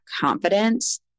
confidence